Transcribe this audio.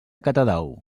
catadau